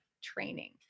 training